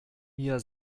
mir